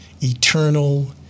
eternal